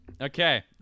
Okay